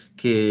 che